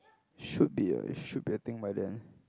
should be ah it should be a thing by then